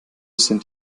sind